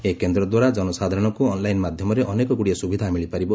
ଏହି କେନ୍ଦ୍ର ଦ୍ୱାରା ଜନସାଧାରଣଙ୍କୁ ଅନ୍ଲାଇନ୍ ମାଧ୍ୟମରେ ଅନେକଗୁଡ଼ିଏ ସୁବିଧା ମିଳିପାରିବ